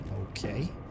Okay